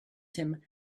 him